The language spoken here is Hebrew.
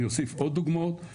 אני אוסיף עוד דוגמאות.